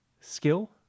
skill